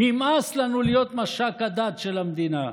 נמאס לנו להיות מש"ק הדת של המדינה.